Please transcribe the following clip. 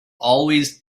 always